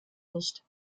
nicht